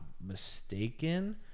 mistaken